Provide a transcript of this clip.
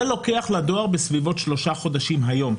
זה לוקח לדואר בסביבות שלושה חודשים היום.